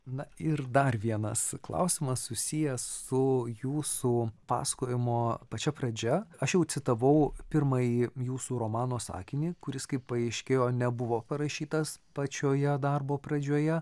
na ir dar vienas klausimas susijęs su jūsų pasakojimo pačia pradžia aš jau citavau pirmąjį jūsų romano sakinį kuris kaip paaiškėjo nebuvo parašytas pačioje darbo pradžioje